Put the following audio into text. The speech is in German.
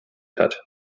hat